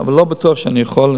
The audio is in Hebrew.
אבל לא בטוח שאני יכול,